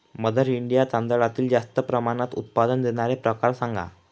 mother India तांदळातील जास्त प्रमाणात उत्पादन देणारे प्रकार सांगा